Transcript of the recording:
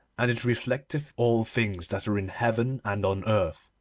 and it reflecteth all things that are in heaven and on earth,